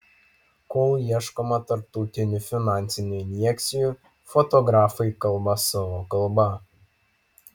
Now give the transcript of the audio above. kol ieškoma tarptautinių finansinių injekcijų fotografai kalba savo kalba